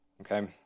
Okay